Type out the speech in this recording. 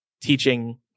teaching